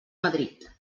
madrid